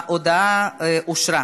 ההודעה אושרה.